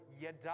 yada